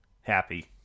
happy